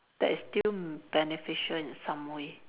that is still beneficial in some way